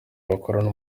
bakorana